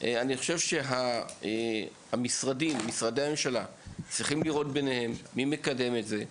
אני חושב שמשרדי הממשלה צריכים לראות ביניהם מי מקדם את זה.